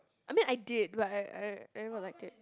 I mean I did but I I I never liked it